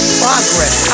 progress